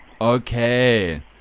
Okay